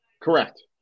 Correct